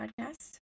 podcast